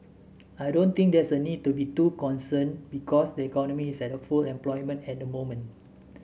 I don't think there's a need to be too concerned because the economy is at full employment at the moment